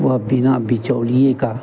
वह बिना बिचौलिये का